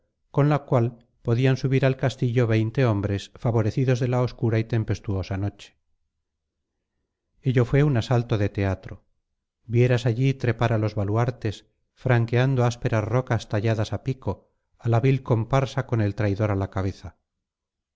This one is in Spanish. con la cual podían subir al castillo veinte hombres favorecidos de la obscura y tempestuosa noche ello fue un asalto de teatro vieras allí trepar a los baluartes franqueando ásperas rocas talladas a pico a la vil comparsa con el traidor a la cabeza